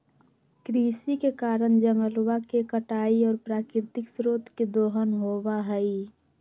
कृषि के कारण जंगलवा के कटाई और प्राकृतिक स्रोत के दोहन होबा हई